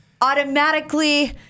automatically